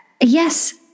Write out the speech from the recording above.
Yes